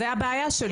זאת הבעיה שלי.